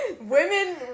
women